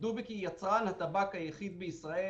"דובק" היא יצרן הטבק היחידי בישראל,